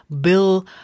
Bill